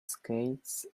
skates